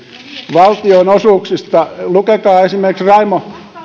valtionosuuksista esimerkiksi raimo